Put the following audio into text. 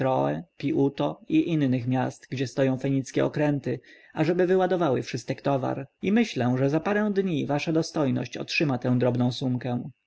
sethroe pi-uto i innych miast gdzie stoją fenickie okręty ażeby wyładowały wszystek towar i myślę że za parę dni wasza dostojność otrzyma tę drobną sumkę